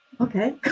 okay